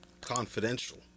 confidential